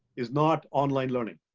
is not online learning.